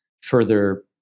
further